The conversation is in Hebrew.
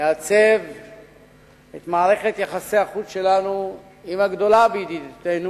יעצב את מערכת יחסי החוץ שלנו עם הגדולה בידידותינו,